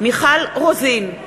מיכל רוזין,